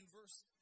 verse